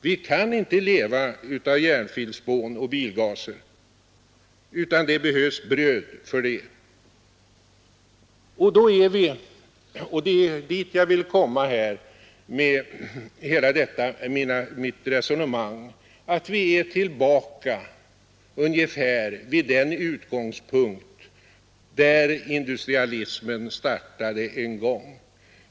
Vi kan inte leva av järnfilspån och bilgaser, utan det behövs bröd för det. Och då är vi — det är dit jag har velat komma med hela detta mitt resonemang — tillbaka vid ungefär den utgångspunkt där industrialismen en gång startade.